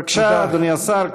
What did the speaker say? בבקשה, אדוני השר.